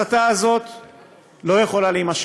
כולן ייושמו,